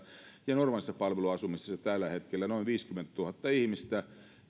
normaalissa palveluasumisessa tällä hetkellä noin viisikymmentätuhatta ihmistä